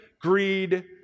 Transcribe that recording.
greed